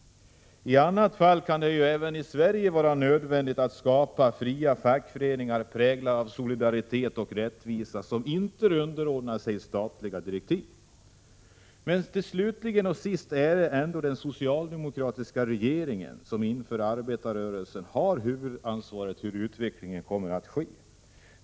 1986/87:127 även i Sverige bli nödvändigt att skapa fria fackföreningar, präglade av 20 maj 1987 solidaritet och rättvisa, som inte underordnar sig statliga direktiv. Sist och slutligen är det ändå den socialdemokratiska regeringen som inför arbetarrörelsen har huvudansvaret för hur utvecklingen kommer att ske.